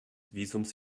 visums